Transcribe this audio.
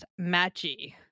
Matchy